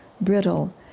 brittle